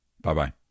bye-bye